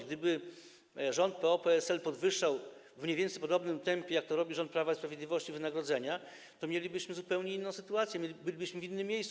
Gdyby rząd PO-PSL podwyższał w mniej więcej podobnym tempie, jak to robi rząd Prawa i Sprawiedliwości, wynagrodzenia, to mielibyśmy zupełnie inną sytuację, bylibyśmy w innym miejscu.